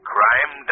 Crime